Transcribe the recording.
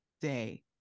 day